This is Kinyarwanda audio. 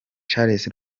charles